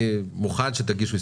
במס רכישה אני לא מדבר על דירות